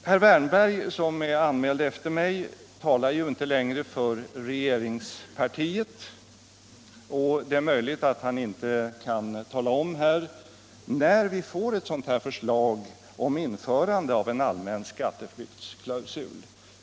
Herr Wärnberg, som står på talarlistan efter mig, företräder inte längre regeringspartiet, och det är möjligt att han inte kan tala om när vi får ett förslag om införande av en allmän skatteflyktsklausul.